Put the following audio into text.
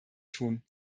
tun